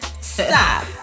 Stop